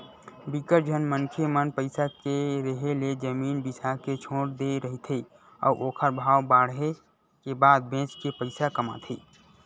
बिकट झन मनखे मन पइसा के रेहे ले जमीन बिसा के छोड़ दे रहिथे अउ ओखर भाव बाड़हे के बाद बेच के पइसा कमाथे